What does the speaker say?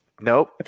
nope